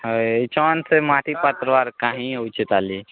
ହେ ଏଛନ୍ ସେ ମାଟି ପତ୍ର ଆର କାହିଁ ହୋଉଛେ ତାଲି